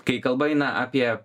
kai kalba eina apie